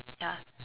ya